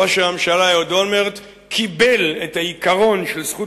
ראש הממשלה אהוד אולמרט קיבל את העיקרון של "זכות